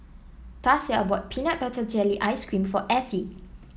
Tasia bought Peanut Butter Jelly Ice cream for Ethie